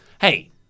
Hey